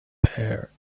pear